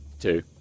two